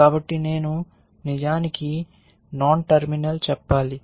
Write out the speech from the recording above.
కాబట్టి నేను నిజానికి నాన్ టెర్మినల్ చెప్పాలి